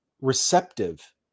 receptive